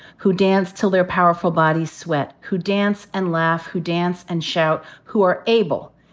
who dance till their powerful bodies sweat, who dance and laugh, who dance and shout. who are able,